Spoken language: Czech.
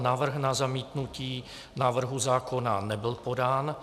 Návrh na zamítnutí návrhu zákona nebyl podán.